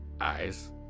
Eyes